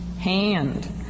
hand